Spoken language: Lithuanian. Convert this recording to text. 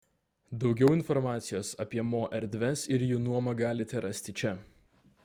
daugiau informacijos apie mo erdves ir jų nuomą galite rasti čia